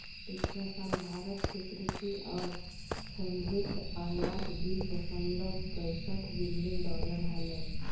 पिछला साल भारत के कृषि और संबद्ध आयात बीस दशमलव पैसठ बिलियन डॉलर हलय